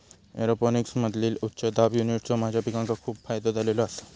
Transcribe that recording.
एरोपोनिक्समधील्या उच्च दाब युनिट्सचो माझ्या पिकांका खूप फायदो झालेलो आसा